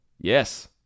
Yes